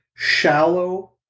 shallow